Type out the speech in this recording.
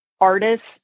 artists